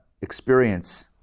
experience